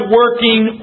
working